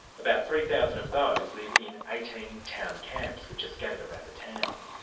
about three thousand of those live in eighteen town camps, which are scattered around the town.